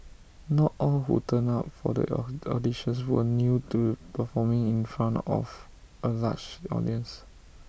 not all who turned up for the auditions were new to performing in front of A large audience